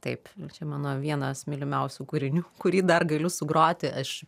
taip čia mano vienas mylimiausių kūrinių kurį dar galiu sugroti aš